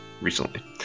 recently